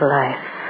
life